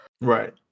right